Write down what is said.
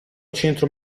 centro